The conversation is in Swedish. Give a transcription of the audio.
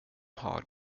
har